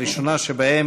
הראשונה שבהן: